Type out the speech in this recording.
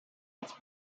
its